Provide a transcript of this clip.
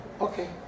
okay